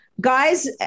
guys